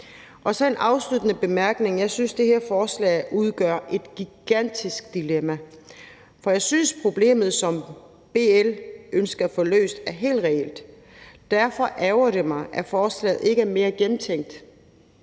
er der en afsluttende bemærkning, nemlig at jeg synes, at det her forslag udgør et gigantisk dilemma. For jeg synes, at problemet, som BL ønsker at få løst, er helt reelt, og derfor ærgrer det mig, at forslaget ikke er mere gennemtænkt,